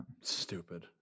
Stupid